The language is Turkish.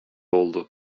oldu